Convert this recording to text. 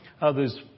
Others